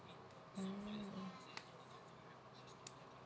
mm